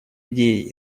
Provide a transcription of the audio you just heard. идеи